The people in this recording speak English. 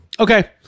Okay